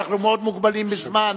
אנחנו מאוד מוגבלים בזמן.